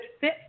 fit